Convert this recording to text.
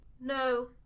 No